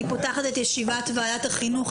אני פותחת את ישיבת ועדת החינוך,